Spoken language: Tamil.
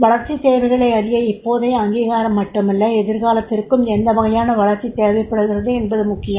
வளர்ச்சித் தேவைகளை அறிய இப்போதைய அங்கீகாரம் மட்டுமல்ல எதிர்காலத்திற்கும் எந்த வகையான வளர்ச்சி தேவைப்படுகிறது என்பது முக்கியம்